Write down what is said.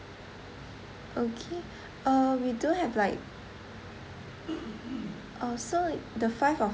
okay uh we do have like uh so the five of